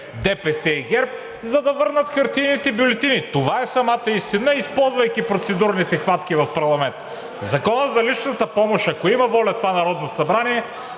ДПС и ГЕРБ, за да върнат хартиените бюлетини. Това е самата истина и използвайки процедурните хватки в парламента… Законът за личната помощ, ако има воля това Народно събрание,